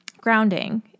Grounding